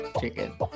chicken